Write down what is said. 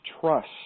trust